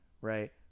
right